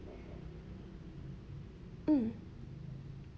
hmm